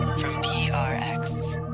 from the ah